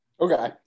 Okay